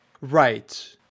Right